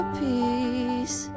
peace